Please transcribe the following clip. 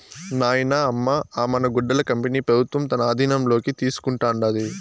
నాయనా, అమ్మ అ మన గుడ్డల కంపెనీ పెబుత్వం తన ఆధీనంలోకి తీసుకుంటాండాది